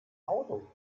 auto